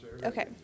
Okay